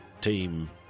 Team